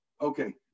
Okay